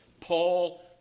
Paul